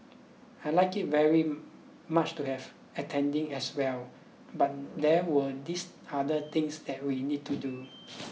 I'd like it very much to have attended as well but there were these other things that we need to do